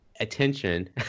attention